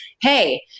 Hey